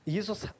Jesus